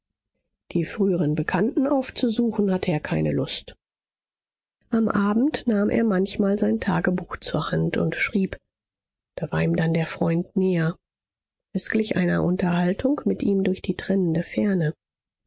die früheren bekannten aufzusuchen hatte er keine lust am abend nahm er manchmal sein tagebuch zur hand und schrieb da war ihm dann der freund näher es glich einer unterhaltung mit ihm durch die trennende ferne